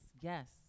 Yes